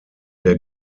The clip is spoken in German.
der